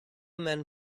men